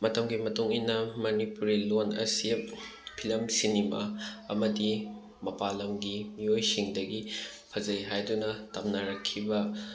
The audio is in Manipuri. ꯃꯇꯝꯒꯤ ꯃꯇꯨꯡꯏꯟꯅ ꯃꯅꯤꯄꯨꯔꯤ ꯂꯣꯟ ꯑꯁꯤ ꯐꯤꯂꯝ ꯁꯤꯅꯤꯃꯥ ꯑꯃꯗꯤ ꯃꯄꯥꯜ ꯂꯝꯒꯤ ꯃꯤꯑꯣꯏꯁꯤꯡꯗꯒꯤ ꯐꯖꯩ ꯍꯥꯏꯗꯨꯅ ꯇꯝꯅꯔꯛꯈꯤꯕ